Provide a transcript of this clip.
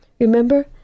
Remember